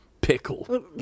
pickle